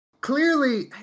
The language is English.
clearly